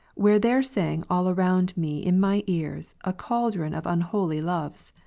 where there sang all around me in my ears a cauldron of unholy loves.